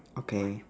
okay